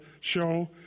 show